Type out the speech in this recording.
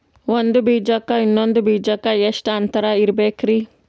ಒಂದ್ ಬೀಜಕ್ಕ ಇನ್ನೊಂದು ಬೀಜಕ್ಕ ಎಷ್ಟ್ ಅಂತರ ಇರಬೇಕ್ರಿ?